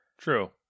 True